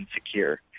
insecure